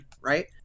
right